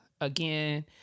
Again